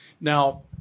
Now